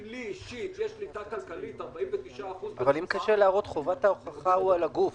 אם לי יש שליטה כלכלית של 49% -- חובת ההוכחה היא על הגוף.